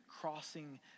crossing